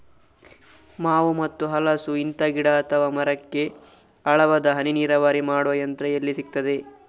ಮಾವು ಮತ್ತು ಹಲಸು, ಇಂತ ಗಿಡ ಅಥವಾ ಮರಕ್ಕೆ ಆಳವಾದ ಹನಿ ನೀರಾವರಿ ಮಾಡುವ ಯಂತ್ರ ಎಲ್ಲಿ ಸಿಕ್ತದೆ?